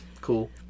Cool